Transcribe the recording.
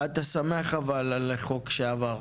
אתה שמח אבל על החוק שעבר?